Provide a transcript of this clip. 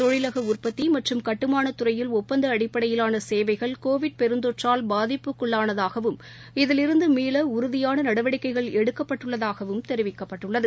தொழிலகஉற்பத்திமற்றும் கட்டுமானத் துறையில் ஒப்பந்தஅடிப்படையிலானசேவைகள் கோவிட் பெருந்தொற்றால் பாதிப்புக்குள்ளானதாகவும் இதிலிருந்துமீளஉறுதியானநடவடிக்கைகள் எடுக்கப்பட்டுள்ளதாகவும் தெரிவிக்கப்பட்டுள்ளது